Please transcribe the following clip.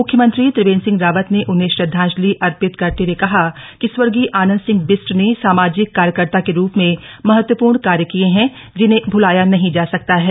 मुख्यमंत्री त्रिवेंद्र रावत न उन्हें श्रद्धांजलि अर्पित करत हए कहा कि स्वर्गीय आनंद सिंह बिष्ट न सामाजिक कार्यकर्ता का रूप में महत्वपूर्ण कार्य किय हैं जिन्हें भूलाया नहीं जा सकता है